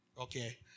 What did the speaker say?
Okay